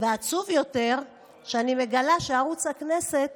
ועצוב יותר, שאני מגלה שערוץ הכנסת